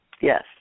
Yes